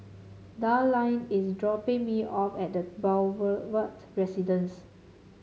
Darline is dropping me off at The Boulevard Residence